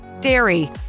dairy